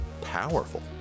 powerful